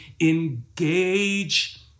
engage